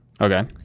Okay